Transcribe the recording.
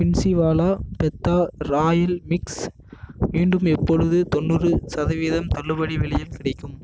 பென்ஸிவாலா பெத்தா royal mix மீண்டும் எப்பொழுது தொண்ணூறு சதவீதம் தள்ளுபடி விலையில் கிடைக்கும்